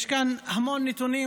יש כאן המון נתונים,